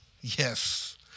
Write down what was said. Yes